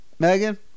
Megan